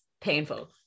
painful